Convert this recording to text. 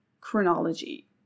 chronology